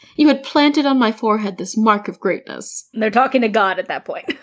you had planted on my forehead this mark of greatness and they're talking to god at that point.